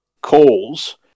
calls